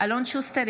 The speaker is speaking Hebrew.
אלון שוסטר,